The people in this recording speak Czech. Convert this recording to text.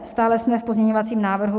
Stále jsme v pozměňovacím návrhu 7034.